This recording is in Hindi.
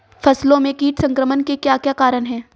फसलों में कीट संक्रमण के क्या क्या कारण है?